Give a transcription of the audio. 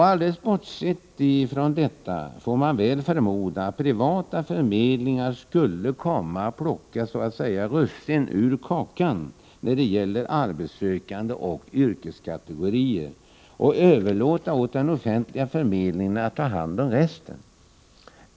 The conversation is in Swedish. Alldeles bortsett från detta får man väl förmoda att privata förmedlingar skulle komma att plocka russinen ur kakan när det gäller arbetssökande och yrkeskategorier och överlåta åt den offentliga förmedlingen att ta hand om resten.